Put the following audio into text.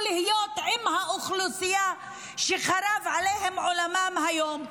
להיות עם האוכלוסייה שחרב עליה עולמה היום,